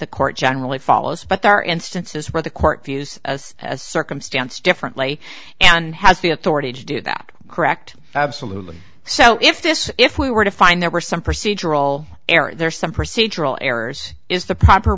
the court generally follow suit but there are instances where the court views as a circumstance differently and has the authority to do that correct absolutely so if this if we were to find there were some procedural errors some procedural errors is the proper